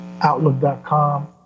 Outlook.com